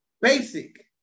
basic